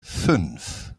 fünf